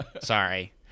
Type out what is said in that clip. Sorry